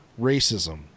racism